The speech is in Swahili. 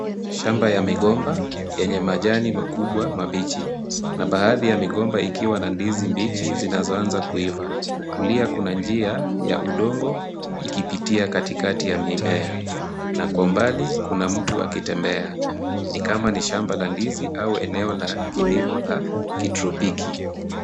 Shamba ya migomba yenye majani makubwa, mabichi na baadhi ya migomba ikiwa na ndizi mbichi zinazoanza kuiva. Kulia kuna njia ya udongo ikipitia katikati ya mimea na kwa mbali kuna mtu akitembea. Ni kama ni shamba la ndizi au eneo la kilimo la kitropiki .